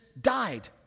died